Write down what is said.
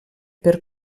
per